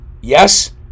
yes